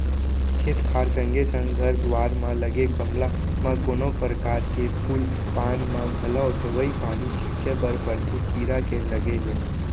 खेत खार संगे संग घर दुवार म लगे गमला म कोनो परकार के फूल पान म घलौ दवई पानी छींचे बर परथे कीरा के लगे ले